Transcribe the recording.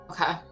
Okay